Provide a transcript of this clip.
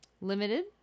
Limited